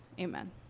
amen